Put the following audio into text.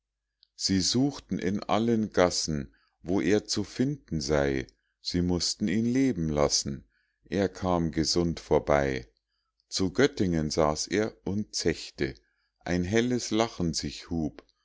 sie suchten in allen gassen wo er zu finden sei sie mußten ihn leben lassen er kam gesund vorbei zu göttingen saß er und zechte ein helles lachen sich hub